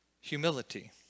Humility